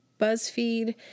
BuzzFeed